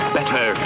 Better